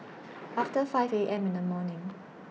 after five A M in The morning